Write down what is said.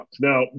Now